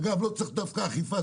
אגב לא צריך דווקא אכיפה,